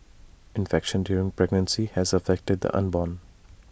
infection during pregnancy has affected the unborn